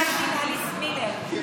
פסק דין אליס מילר,